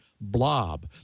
blob